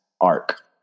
arc